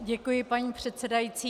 Děkuji, paní předsedající.